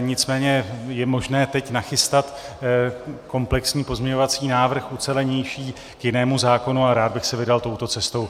Nicméně je možné teď nachystat komplexní pozměňovací návrh, ucelenější, k jinému zákonu a rád bych se vydal touto cestou.